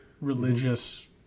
religious